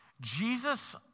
Jesus